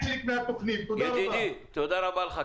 תודה רבה לך.